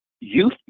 Youth